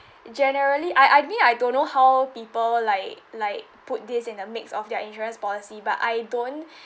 generally I I mean I don't know how people like like put this in a mix of their insurance policy but I don't